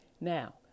Now